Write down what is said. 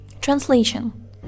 TRANSLATION